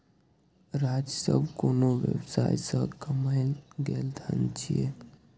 राजस्व कोनो व्यवसाय सं कमायल गेल धन छियै